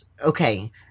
okay